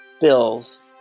bills